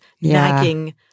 nagging